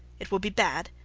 it will be bad,